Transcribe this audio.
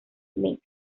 mixed